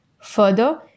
Further